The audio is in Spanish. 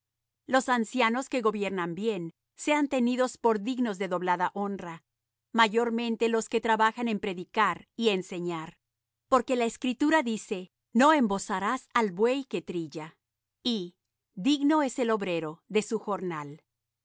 los ancianos que gobiernan bien sean tenidos por dignos de doblada honra mayormente los que trabajan en predicar y enseñar porque la escritura dice no embozarás al buey que trilla y digno es el obrero de su jornal